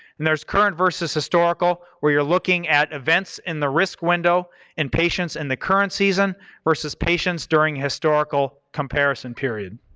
and there's current versus historical, where you're looking at events in the risk window and patients in and the current season versus patients during historical comparison period.